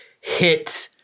hit